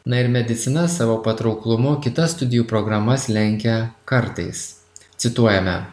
na ir medicina savo patrauklumu kitas studijų programas lenkia kartais cituojame